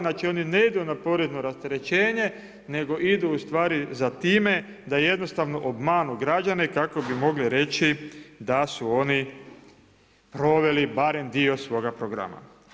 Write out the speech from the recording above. Znači oni ne idu na porezno rasterećenje nego idu za time da jednostavno obmanu građane kako bi mogli reći da su oni proveli barem dio svoga programa.